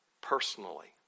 personally